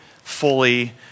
fully